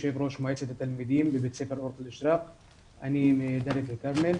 אני יו"ר מועצת התלמידים בבית ספר אורט --- אני מדלית אל כרמל.